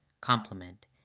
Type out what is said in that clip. complement